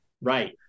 Right